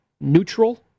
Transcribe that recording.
neutral